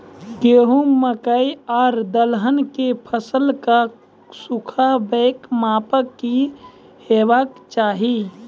गेहूँ, मकई आर दलहन के फसलक सुखाबैक मापक की हेवाक चाही?